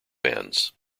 fans